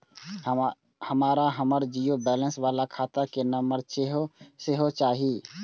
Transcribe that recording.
हमरा हमर zero balance बाला खाता के नम्बर सेहो चाही